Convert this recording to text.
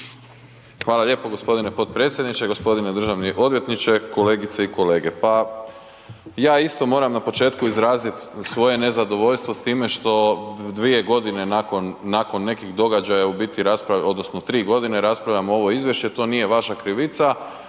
Hvala lijepo gospodine potpredsjedniče. Gospodine državni odvjetniče, kolegice i kolege, pa ja isto moram na početku izraziti svoje nezadovoljstvo s time što dvije godine nakon nekih događaja u biti raspravljamo odnosno tri godine raspravljamo ovo izvješće, to nije vaša krivica,